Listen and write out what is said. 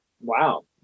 wow